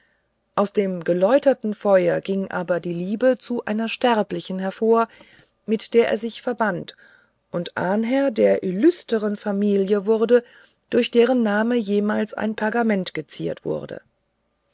aus dem geläuterten feuer ging aber die liebe zu einer sterblichen hervor mit der er sich verband und ahnherr der illüstersten familie wurde durch deren namen jemals ein pergament geziert wurde